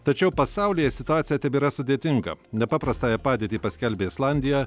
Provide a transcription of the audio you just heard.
tačiau pasaulyje situacija tebėra sudėtinga nepaprastąją padėtį paskelbė islandija